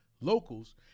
locals